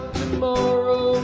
tomorrow